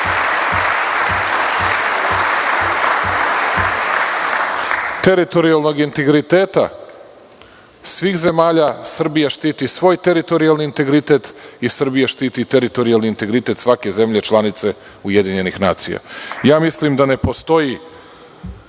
teritorijalnog integriteta svih zemalja, Srbija štiti svoj teritorijalni integritet i Srbija štiti teritorijalni integritet svake zemlje članice UN. Mislim da ne postoji